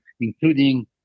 including